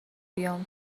بیام